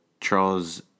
Charles